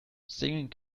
singing